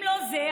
אם לא זה,